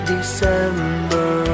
December